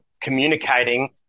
communicating